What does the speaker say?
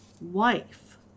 wife